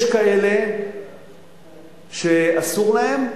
יש כאלה שאסור להם,